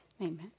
Amen